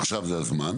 עכשיו זה הזמן.